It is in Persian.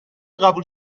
قبول